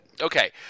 Okay